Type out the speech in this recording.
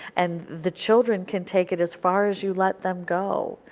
and the children can take it as far as you let them go,